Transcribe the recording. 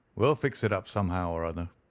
we'll fix it up somehow or another.